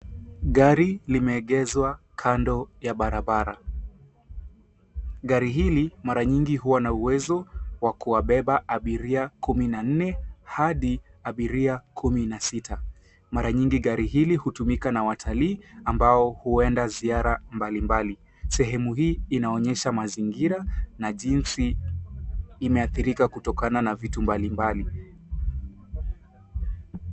Gari limeegeshwa kando ya barabara. Gari hili mara nyingi huwa na uwezo kwa kuwabeba abiria kumi na nne hadi abiria kumi na sita. Mara nyingi hutumika na watalii wawili ambao huenda ziara mbalimbali. Sehemu hii inaonyesha mazingira na jinsi imeadhirika kutokana na vitu mbalimbali.